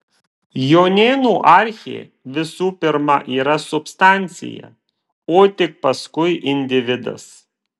jonėnų archė visų pirma yra substancija o tik paskui individas